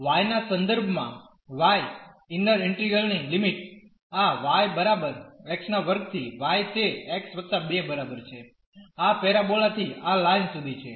Y ના સંદર્ભમાં y inner integral ની લિમિટ આ y બરાબર x2 થી y તે x 2 બરાબર છે આ પેરાબોલા થી આ લાઇન સુધી છે